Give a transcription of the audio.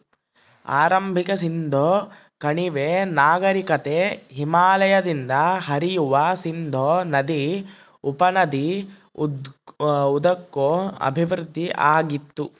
ಆರಂಭಿಕ ಸಿಂಧೂ ಕಣಿವೆ ನಾಗರಿಕತೆ ಹಿಮಾಲಯದಿಂದ ಹರಿಯುವ ಸಿಂಧೂ ನದಿ ಉಪನದಿ ಉದ್ದಕ್ಕೂ ಅಭಿವೃದ್ಧಿಆಗಿತ್ತು